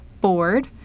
board